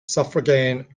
suffragan